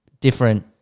different